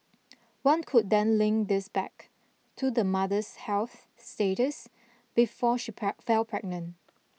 one could then link this back to the mother's health status before she pell fell pregnant